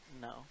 No